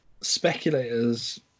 speculators